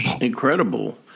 incredible